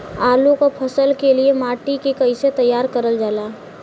आलू क फसल के लिए माटी के कैसे तैयार करल जाला?